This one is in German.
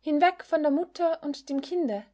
hinweg von der mutter und dem kinde